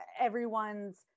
everyone's